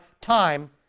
time